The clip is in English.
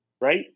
right